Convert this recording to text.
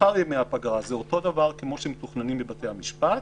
מספר ימי הפגרה זה אותו דבר כמו שמתוכננים בבתי המשפט,